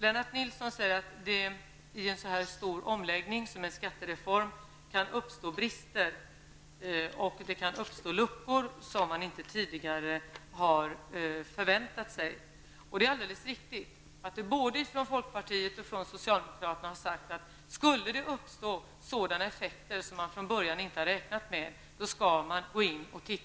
Lennart Nilsson sade att det kan uppstå brister och luckor som man inte har förväntat sig i en sådan här stor omläggning som en skattereform, och det är alldeles riktigt. Både från folkpartiet och från socialdemokraterna har det emellertid sagts att om det skulle uppstå sådana effekter som man från början inte har kunnat förutse, skall man gå in och se